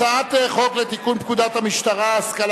הצעת החוק לתיקון פקודת המשטרה (השכלה